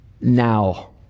Now